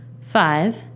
Five